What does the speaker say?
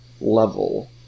level